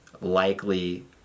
likely